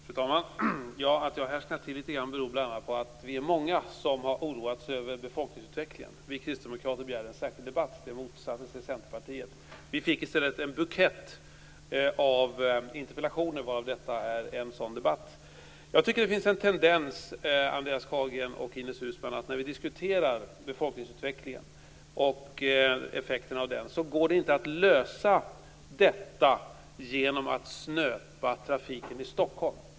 Fru talman! Att jag härsknade till litet grand beror bl.a. på att vi är många som har oroat oss över befolkningsutvecklingen. Vi kristdemokrater begärde en särskild debatt om den frågan, men det motsatte sig Centerpartiet. I stället kom det en bukett av interpellationer, varav denna interpellationsdebatt följer av en sådan interpellation. Det finns en ny tendens, Andreas Carlgren och Ines Uusmann. När vi diskuterar befolkningsutvecklingen och effekterna av denna går det inte att lösa detta problem genom att snöpa trafiken i Stockholm.